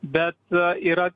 bet yra